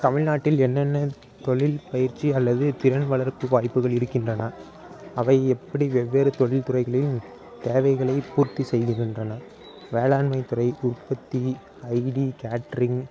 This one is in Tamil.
தமிழ்நாட்டில் என்னென்ன தொழில்பயிற்சி அல்லது திறன் வளர்ப்பு வாய்ப்புகள் இருக்கின்றன அவை எப்படி வெவ்வேறு தொழில் துறைகளையும் தேவைகளைப் பூர்த்தி செய்கின்றன வேளாண்மைத்துறை உற்பத்தி ஐடி கேட்ரிங்